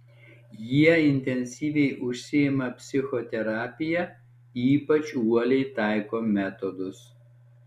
jie intensyviai užsiima psichoterapija ypač uoliai taiko metodus